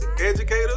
educators